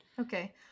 Okay